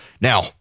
Now